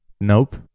Nope